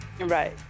Right